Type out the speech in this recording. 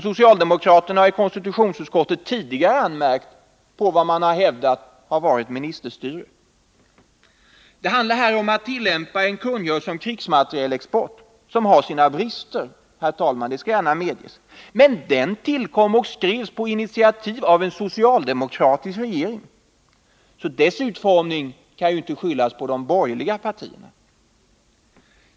Socialdemokraterna har i konstitutionsutskottet tidigare i andra sammanhang anmärkt på vad man har hävdat varit ministerstyre. Det handlar här om att tillämpa en kungörelse om krigsmaterielexport som, det skall gärna medges, har sina brister. Men den tillkom på initiativ av en socialdemokratisk regering, så dess utformning kan inte skyllas på de borgerliga partierna.